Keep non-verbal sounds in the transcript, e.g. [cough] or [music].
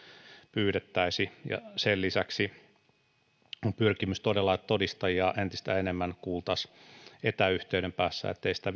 pyydettäisi sen lisäksi on todella pyrkimys että todistajia entistä enemmän kuultaisiin etäyhteyden päässä ettei sitä [unintelligible]